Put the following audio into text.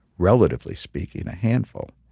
relatively speaking, a handful.